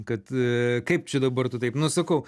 kad kaip čia dabar tu taip nu sakau